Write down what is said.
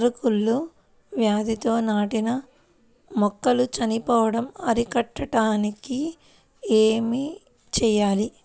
నారు కుళ్ళు వ్యాధితో నాటిన మొక్కలు చనిపోవడం అరికట్టడానికి ఏమి చేయాలి?